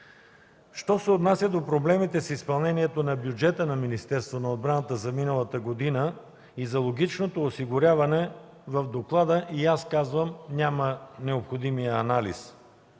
Що се отнася до проблемите с изпълнението на бюджета на Министерството на отбраната за миналата година и за логистичното осигуряване, в доклада и аз казвам, че няма необходимия анализ.